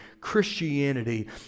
Christianity